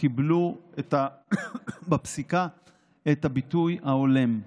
קיבלו בפסיקה את הביטוי ההולם,